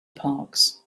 parks